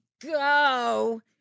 go